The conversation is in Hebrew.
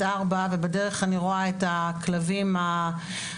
ארבע ובדרך אני רואה את הכלבים האומללים,